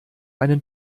einen